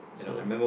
so